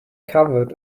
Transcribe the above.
covered